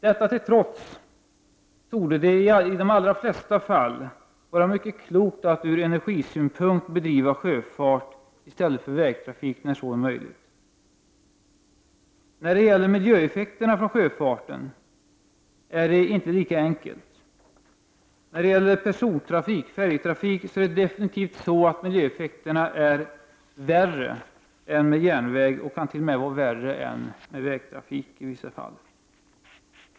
Detta till trots torde det i de allra flesta fall vara mycket klokt att ur energisynpunkt bedriva sjöfart i stället för vägtrafik när så är möjligt. I fråga om miljöeffekterna från sjöfarten är det inte lika enkelt. Vid persontrafik på färjor är miljöeffekterna definitivt värre än de är vid resor med järnväg. De kan t.o.m. i vissa fall vara värre än vid vägtrafik.